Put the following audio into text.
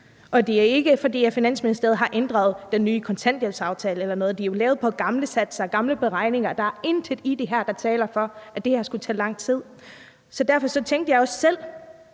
og det er ikke, fordi Finansministeriet har ændret den nye kontanthjælpsaftale eller noget. Det er jo lavet på gamle satser, gamle beregninger, og der er intet i det her, der taler for, at det her skulle tage lang tid. Derfor tænkte jeg også selv,